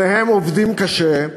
שניהם עובדים קשה,